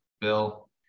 Bill